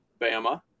Bama